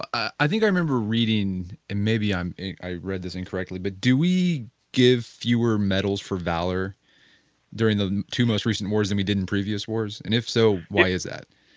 i think i remember reading and maybe i read this incorrectly, but do we give fewer medals for valor during the two most recent wars than we did in previous wars and if so why is that?